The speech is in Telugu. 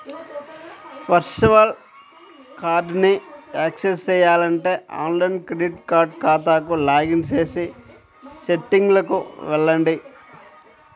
వర్చువల్ కార్డ్ని యాక్సెస్ చేయాలంటే ఆన్లైన్ క్రెడిట్ కార్డ్ ఖాతాకు లాగిన్ చేసి సెట్టింగ్లకు వెళ్లండి